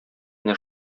менә